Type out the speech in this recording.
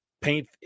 paint